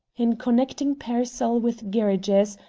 in connecting pearsall with gerridge's,